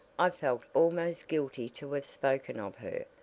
i felt almost guilty to have spoken of her,